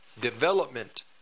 development